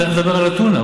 תכף נדבר על הטונה,